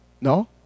No